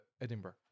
Edinburgh